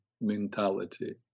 mentality